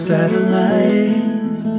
Satellites